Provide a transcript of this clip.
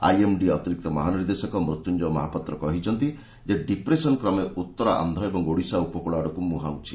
IMD ଅତିରିକ୍ତ ମହାନିର୍ଦ୍ଦେଶକ ମୃତ୍ୟୁଞ୍ଜୟ ମହାପାତ୍ର କହିଛନ୍ତି ଯେ ଡିପ୍ରେସନ୍ କ୍ରମେ ଉତ୍ତର ଆନ୍ଧ୍ର ଓଡ଼ିଶା ଉପକୂଳ ଆଡ଼କୁ ମୁହାଁଉଛି